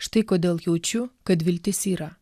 štai kodėl jaučiu kad viltis yra